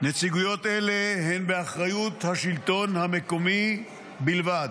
נציגויות אלה הן באחריות השלטון המקומי בלבד,